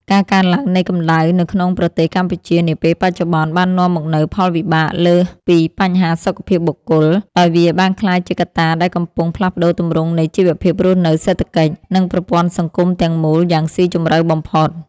ការកើនឡើងនៃកម្ដៅនៅក្នុងប្រទេសកម្ពុជានាពេលបច្ចុប្បន្ន បាននាំមកនូវផលវិបាកលើសពីបញ្ហាសុខភាពបុគ្គល ដោយវាបានក្លាយជាកត្តាដែលកំពុងផ្លាស់ប្តូរទម្រង់នៃជីវភាពរស់នៅ សេដ្ឋកិច្ច និងប្រព័ន្ធសង្គមទាំងមូលយ៉ាងស៊ីជម្រៅបំផុត។